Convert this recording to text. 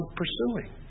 pursuing